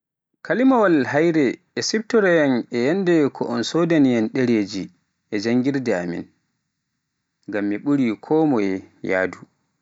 Kalimaawal haayre e siftoroyaam e yannde ko un sodaniyaam ɗereji e janngirde amin, ngam mi ɓuri konmoye yahdu.